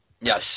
Yes